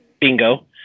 bingo